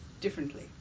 differently